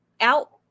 out